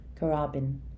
Carabin